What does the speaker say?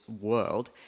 world